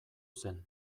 zen